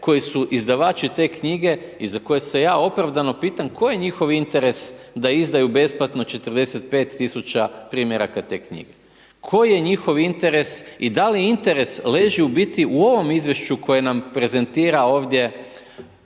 koji su izdavači te knjige i za koje se ja opravdano pitam koji je njihov interes da izdaju besplatno 45 000 primjeraka te knjige? Koji je njihov interes i da li interes leži u biti u ovom izvješću koje nam prezentirao ovdje